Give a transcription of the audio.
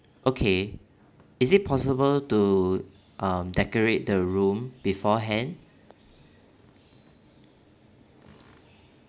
okay is it possible to um decorate the room beforehand